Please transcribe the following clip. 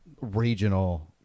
regional